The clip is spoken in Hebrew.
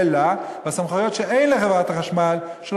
והסמכויות שיש לחברת החשמל יהיו להם,